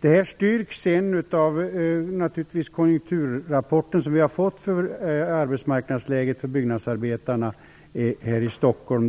Detta styrks sedan av den konjunkturrapport som vi har fått och som gäller arbetsmarknadsläget för byggnadsarbetarna här i Stockholm.